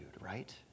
right